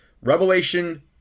Revelation